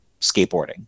skateboarding